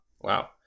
Wow